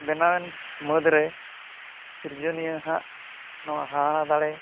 ᱵᱮᱱᱟᱣᱮᱱ ᱢᱟᱹᱫᱽᱨᱮ ᱥᱤᱨᱡᱚᱱᱤᱭᱟᱹᱦᱟᱜ ᱱᱚᱣᱟ ᱦᱟᱦᱟᱲᱟ ᱫᱟᱲᱮ